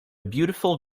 beautiful